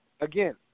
again